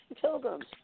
pilgrims